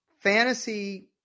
fantasy